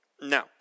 No